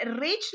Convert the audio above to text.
rich